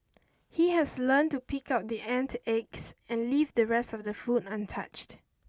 he has learnt to pick out the ant eggs and leave the rest of the food untouched